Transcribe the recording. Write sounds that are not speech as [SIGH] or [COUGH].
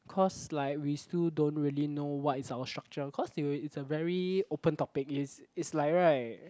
cause like we still don't really know what is our structure cause [NOISE] it's a very open topic it's it's like right